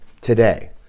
today